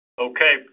Okay